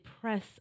press